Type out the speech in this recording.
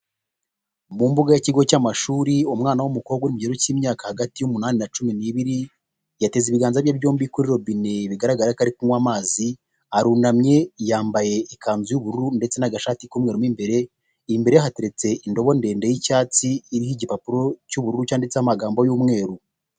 Mu mbuga y'ikigo cy'amashuri umwana w'umukobwa uri mu kigero cy'imyaka hagati y'umunani na cumi n'ibiri yateze ibiganza bye byombi kuri robine bigaragara ko ari kunywa amazi; arunamye yambaye ikanzu y'ubururu ndetse n'agashati k'umweru mo imbere; imbere ye hateretse indobo ndende y'icyatsi iriho igipapuro cy'ubururu cyanditseho amagambo y'umweru.